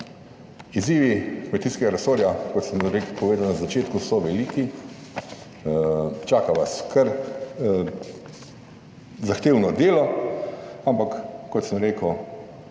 izzivi kmetijskega resorja, kot sem že povedal na začetku, so veliki, čaka vas kar zahtevno delo, ampak kot sem rekel,